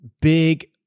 big